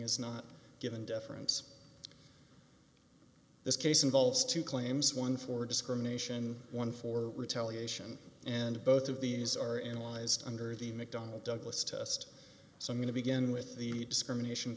is not given deference this case involves two claims one for discrimination one for retaliation and both of these are analyzed under the mcdonnell douglas test so i'm going to begin with the discrimination